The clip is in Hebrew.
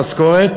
במשכורת,